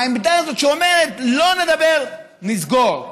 העמדה הזאת שאומרת: לא נדבר, נסגור?